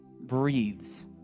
breathes